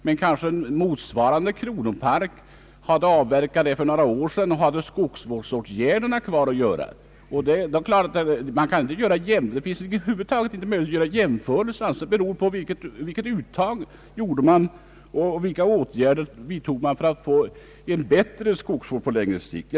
Men kanske motsvarande kronopark hade gjort avverkningen för några år sedan och hade skogsvårdsåtgärderna kvar att göra. Det finns över huvud taget ingen möjlighet att göra några jämförelser av detta slag. Allt beror på vilka uttag man gjort och vilka åtgärder man vidtagit för att få en bättre skogsvård på längre sikt.